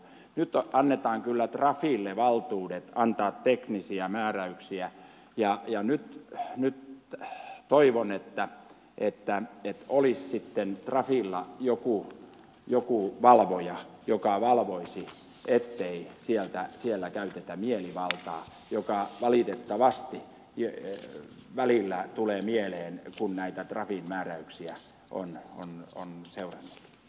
nyt annetaan kyllä trafille valtuudet antaa teknisiä määräyksiä ja nyt toivon että olisi sitten trafilla joku valvoja joka valvoisi ettei siellä käytetä mielivaltaa mikä valitettavasti välillä tulee mieleen kun näitä trafin määräyksiä on ensin